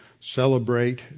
celebrate